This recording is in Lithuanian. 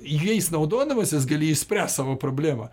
jais naudodamasis gali išspręst savo problemą